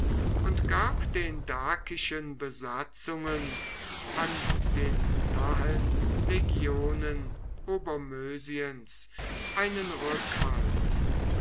und gab den dakischen besatzungen an den nahen legionen obermösiens einen rückhalt